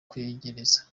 kwegereza